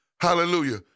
hallelujah